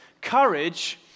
courage